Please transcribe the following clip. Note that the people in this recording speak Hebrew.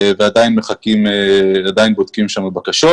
ועדיין בודקים שם בקשות.